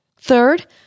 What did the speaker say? Third